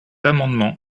amendement